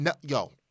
yo